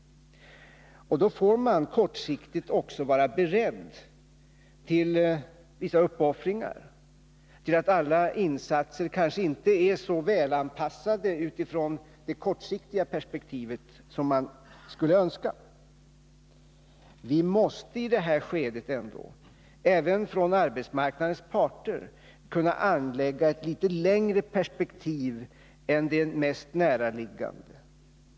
Då får man kortsiktigt också vara beredd till vissa uppoffringar, till att alla insatser kanske inte är så välanpassade utifrån det kortsiktiga perspektivet som man skulle önska. Vi måste i detta skede kunna kräva att även arbetsmarknadens parter anlägger ett litet långsiktigare perspektiv än det mest näraliggande.